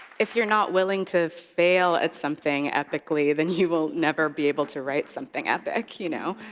if you're not willing to fail at something epically, then you will never be able to write something epic, you know?